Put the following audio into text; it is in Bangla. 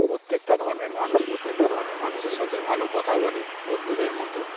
প্রত্যেকটা ধর্মের মানুষ প্রত্যেকটা ধর্মের মানুষের সাথে ভালো কথা বলে বন্ধুদের মতো